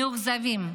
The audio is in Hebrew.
מאוכזבים,